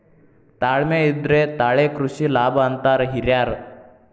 ತಾಳ್ಮೆ ಇದ್ರೆ ತಾಳೆ ಕೃಷಿ ಲಾಭ ಅಂತಾರ ಹಿರ್ಯಾರ್